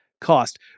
cost